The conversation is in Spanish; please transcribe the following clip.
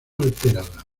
alterada